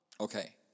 Okay